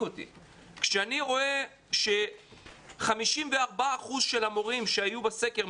כשאני רואה ש-54% של המורים שהיו בסקר,